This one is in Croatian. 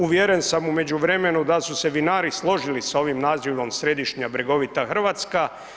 Uvjeren sam u međuvremenu da su se vinari složili sa ovim nazivom središnja bregovita Hrvatska.